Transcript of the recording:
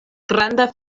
granda